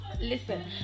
listen